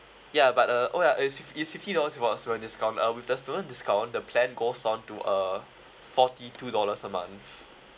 yeah but uh oh yeah it's it's fifty dollars without student discount uh with the student discount the plan goes on to uh forty two dollars a month